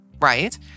Right